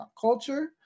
culture